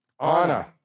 Anna